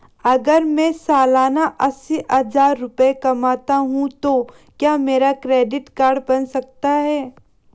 अगर मैं सालाना अस्सी हज़ार रुपये कमाता हूं तो क्या मेरा क्रेडिट कार्ड बन सकता है?